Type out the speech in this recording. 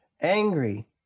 Angry